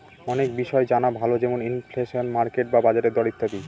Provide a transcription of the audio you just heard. অনেক বিষয় জানা ভালো যেমন ইনফ্লেশন, মার্কেট বা বাজারের দর ইত্যাদি